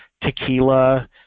tequila